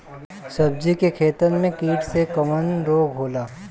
सब्जी के खेतन में कीट से कवन रोग होला?